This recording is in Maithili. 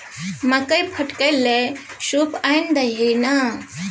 मकई फटकै लए सूप आनि दही ने